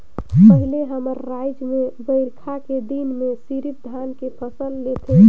पहिले हमर रायज में बईरखा के दिन में सिरिफ धान के फसल लेथे